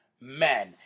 men